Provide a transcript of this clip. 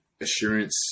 assurance